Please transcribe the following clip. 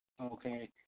okay